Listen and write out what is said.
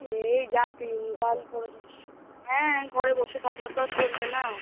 এই যা দিনকাল পড়েছেস হ্যাঁ ঘরে বসে থাকলে তো আর চলবে না